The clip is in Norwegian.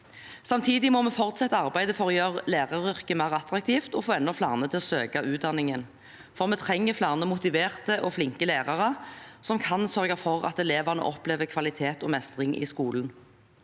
Samtidig må vi fortsette arbeidet for å gjøre læreryrket mer attraktivt og få enda flere til å søke utdanningen. Vi trenger flere motiverte og flinke lærere som kan sørge for at elevene opplever kvalitet og mestring i skolen.